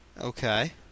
Okay